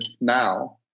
now